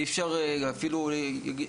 אי אפשר אפילו להגיד,